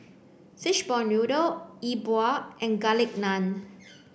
Fishball Noodle E Bua and Garlic Naan